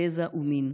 גזע ומין,